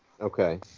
Okay